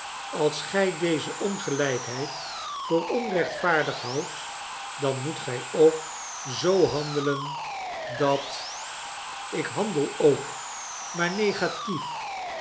als gij deze ongelijkheid voor onrechtvaardig houdt dan moet gij ook zoo handelen dat ik handel ook maar negatief